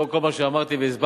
לאור כל מה שאמרתי והסברתי,